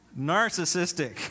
Narcissistic